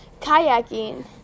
kayaking